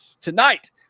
tonight